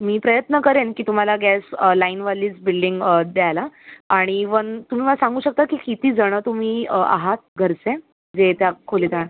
मी प्रयत्न करेन की तुम्हाला गॅस लाईनवालीच बिल्डिंग द्यायला आणि वन तुम्ही मला सांगू शकता की कितीजणं तुम्ही आहात घरचे जे त्या खोलीत राहणार